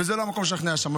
וזה לא המקום לשכנע שם.